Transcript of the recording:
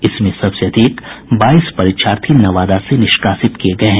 इसमें सबसे अधिक बाईस परीक्षार्थी नवादा से निष्कासित किये गये हैं